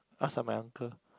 ask my uncle